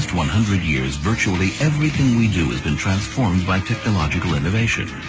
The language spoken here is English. one hundred years, virtually everything we do has been transformed by technological innovation,